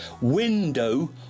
Window